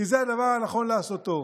כי זה הדבר הנכון לעשותו.